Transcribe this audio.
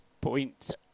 point